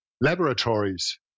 laboratories